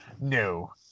no